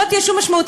לא תהיה שום משמעות.